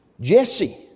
Jesse